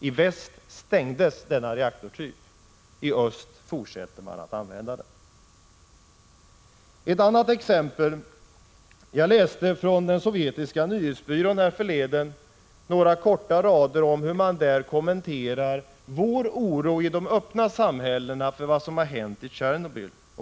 I väst stängdes denna reaktortyp — i öst fortsätter man att använda den. Ett annat exempel är följande. Jag läste härförleden några rader från den sovjetiska nyhetsbyrån om hur man i Sovjet kommenterar vår oro i de öppna samhällena för vad som har hänt i Tjernobyl.